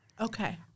Okay